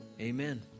amen